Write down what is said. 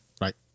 Right